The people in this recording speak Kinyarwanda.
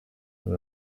uyu